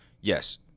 Yes